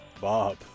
Bob